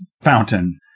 fountain